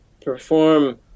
perform